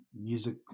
music